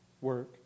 work